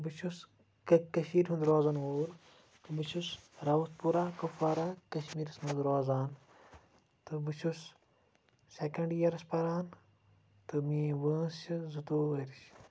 بہٕ چھُس کٔشیرِ ہُنٛد روزَن وول بہٕ چھُس راوَتھ پورا کُپوارا کَشمیرَس منٛز روزان تہٕ بہٕ چھُس سیٚکنٛڈ یِیَرَس پَران تہٕ میٲنۍ وٲنس چھِ زٕتووُہ ؤرِش